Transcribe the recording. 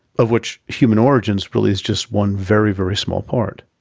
of which human origins, really, is just one very, very small part.